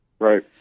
Right